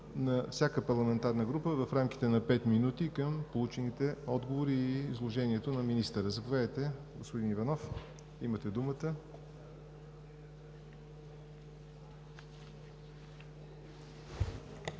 на всяка парламентарна група в рамките на пет минути към получените отговори и изложението на министъра. Заповядайте, господин Иванов, имате думата.